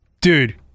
Dude